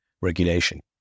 regulation